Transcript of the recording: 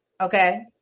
okay